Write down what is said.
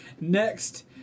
Next